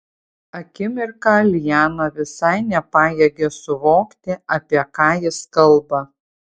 akimirką liana visai nepajėgė suvokti apie ką jis kalba